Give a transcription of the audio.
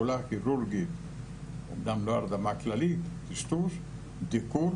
הפעולה הכירורגית נעשית בטשטוש, דיקור